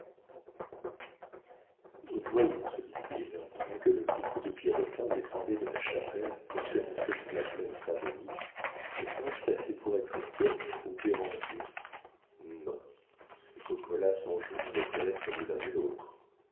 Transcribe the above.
voyons se dit-il pendant que le coucou de pierrotin descendait de la chapelle pour s'élancer sur la plaine saint-denis me ferai-je passer pour être étienne ou béranger non ces cocos là sont gens à ne connaître ni l'un ni l'autre